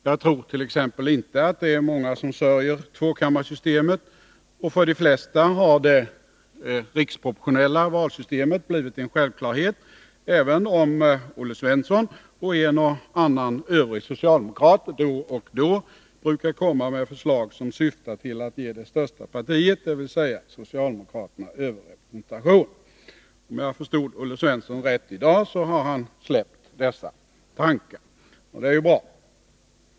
Jag tror t.ex. inte att det är många som sörjer tvåkammarsystemet, och för de flesta har det riksproportionella valsystemet blivit en självklarhet — även om Olle Svensson och en och annan övrig socialdemokrat då och då brukar komma med förslag som syftar till att ge det största partiet, dvs. socialdemokraterna, överrepresentation. Om jag förstod Olle Svensson rätt i dag, så har han släppt dessa tankar, och det är ju bra.